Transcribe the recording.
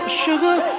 sugar